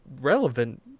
relevant